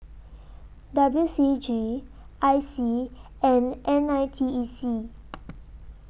W C G I C and N I T E C